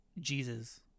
Jesus